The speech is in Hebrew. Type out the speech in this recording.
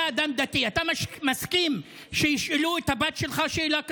אתה מסכים שישאלו את הבת שלך שאלה כזאת?